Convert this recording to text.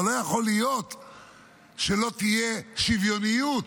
אבל לא יכול להיות שלא תהיה שוויוניות